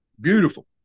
beautiful